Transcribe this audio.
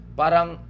parang